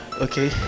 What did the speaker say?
Okay